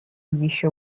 еще